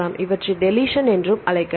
இவற்றை டெலிஷன் என்றும் அழைக்கலாம்